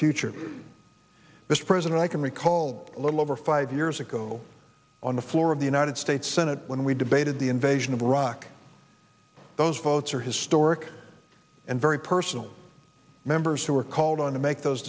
future mr president i can recall a little over five years ago on the floor of the united states senate when we debated the invasion of iraq those votes are historic and very purse members who are called on to make those